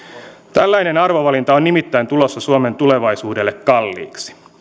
tällainen arvovalinta on nimittäin tulossa suomen tulevaisuudelle kalliiksi